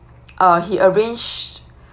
uh he arranged